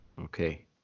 Okay